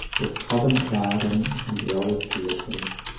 with covent garden and the old theatres,